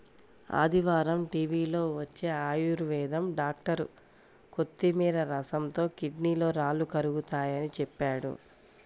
ఆదివారం టీవీలో వచ్చే ఆయుర్వేదం డాక్టర్ కొత్తిమీర రసంతో కిడ్నీలో రాళ్లు కరుగతాయని చెప్పాడు